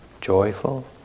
joyful